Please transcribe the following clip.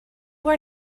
were